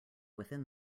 within